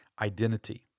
identity